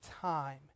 time